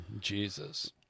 Jesus